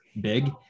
big